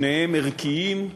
שניהם ערכיים,